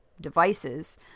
devices